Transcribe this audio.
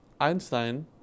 Einstein